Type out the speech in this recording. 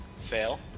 fail